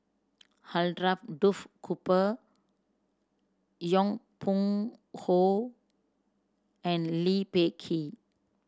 Alfred Duff Cooper Yong Pung How and Lee Peh Gee